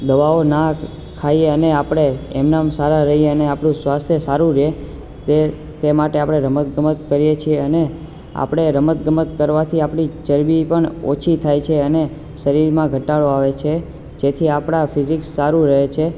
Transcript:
દવાઓ ના ખાઈએ અને આપણે એમ નેમ સારા રહીયે અને આપણું સ્વાસ્થ્ય સારું રે તે તે માટે આપણે રમત ગમત કરીએ છે અને આપણે રમત ગમત કરવાથી આપણી ચરબી પણ ઓછી થાય છે અને શરીરમાં ઘટાડો આવે છે જેથી આપણા ફિઝિક્સ સારું રહે છે